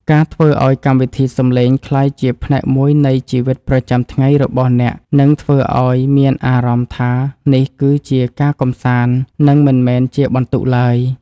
ការធ្វើឱ្យកម្មវិធីសំឡេងក្លាយជាផ្នែកមួយនៃជីវិតប្រចាំថ្ងៃរបស់អ្នកនឹងធ្វើឱ្យអ្នកមានអារម្មណ៍ថានេះគឺជាការកម្សាន្ត និងមិនមែនជាបន្ទុកឡើយ។